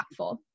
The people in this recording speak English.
impactful